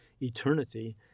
eternity